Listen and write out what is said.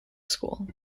school